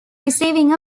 receiving